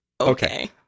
okay